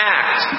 act